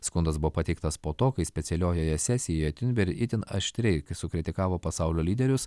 skundas buvo pateiktas po to kai specialiojoje sesijoje tiunber itin aštriai sukritikavo pasaulio lyderius